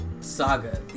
Saga